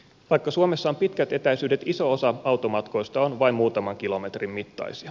vaikka suomessa on pitkät etäisyydet iso osa automatkoista on vain muutaman kilometrin mittaisia